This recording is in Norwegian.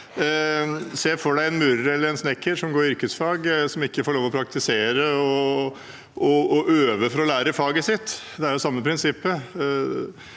Se for deg en murer eller en snekker som går yrkesfag, som ikke får lov til å praktisere og øve for å lære faget sitt. Det er det samme prinsippet.